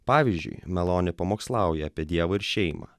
pavyzdžiui maloniai pamokslauja apie dievo ir šeimą